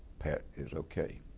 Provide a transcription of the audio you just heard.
pat is okay,